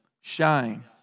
Shine